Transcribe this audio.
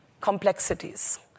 complexities